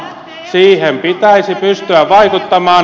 siihen pitäisi pystyä vaikuttamaan